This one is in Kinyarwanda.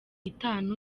nitanu